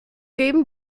geben